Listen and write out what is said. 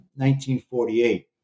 1948